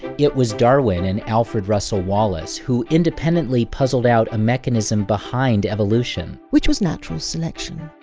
it was darwin and alfred russel wallace who independently puzzled out a mechanism behind evolution. which was natural selection.